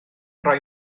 rhoi